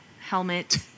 helmet